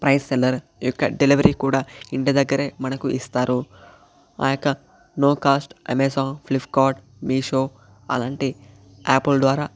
price seller delivery కూడా ఇంటి దగ్గరే మనకు ఇస్తారు ఆ యొక్క no cost Amazon Flipkart Meesho అలాంటి యాప్ ల ద్వారా